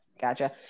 Gotcha